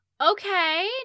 Okay